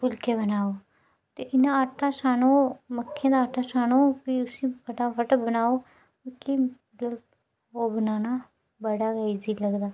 फुलके बनाओ ते इं'या आटा छानो मक्कें दा आटा छानो प्ही उसी फट बनाओ कि ओह् बनाना बड़ा गै इज़ी लगदा